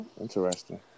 interesting